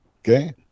Okay